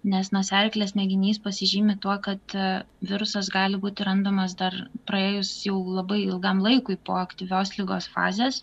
nes nosiaryklės mėginys pasižymi tuo kad virusas gali būti randamas dar praėjus jau labai ilgam laikui po aktyvios ligos fazės